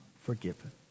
forgiven